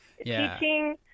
Teaching